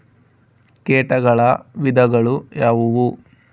ಕೇಟಗಳ ವಿಧಗಳು ಯಾವುವು?